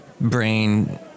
brain